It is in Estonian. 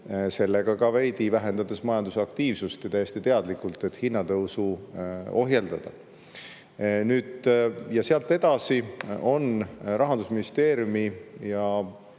sellega ka veidi vähendades majandusaktiivsust, ja täiesti teadlikult, et hinnatõusu ohjeldada. Sealt edasi on Rahandusministeeriumi ja